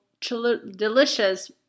delicious